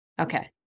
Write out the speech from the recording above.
Okay